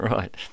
Right